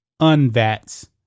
unVATS